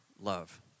love